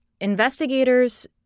investigators